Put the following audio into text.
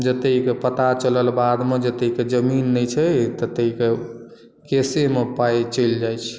जते के पता चलल बाद मे जतेक के जमीन नहि छै ततेक के केसे मे पाइ चलि जाइ छै